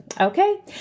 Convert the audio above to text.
Okay